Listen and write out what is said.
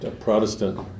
Protestant